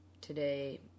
today